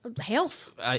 health